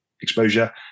exposure